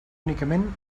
únicament